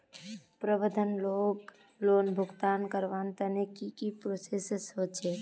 प्रबंधन लोन भुगतान करवार तने की की प्रोसेस होचे?